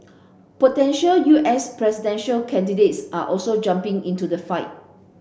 potential U S presidential candidates are also jumping into the fight